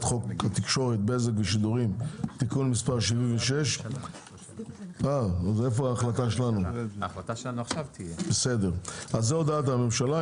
חוק התקשורת (בזק ושידורים) (תיקון מספר 76). זו הודעת הממשלה,